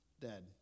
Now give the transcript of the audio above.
dead